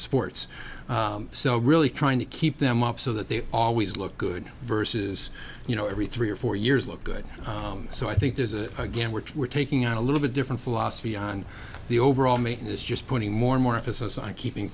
sports so really trying to keep them up so that they always look good versus you know every three or four years look good so i think there's a again which we're taking out a little bit different philosophy on the overall mean is just putting more and more emphasis on keeping